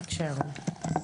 בבקשה, ירון.